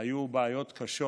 היו בעיות קשות.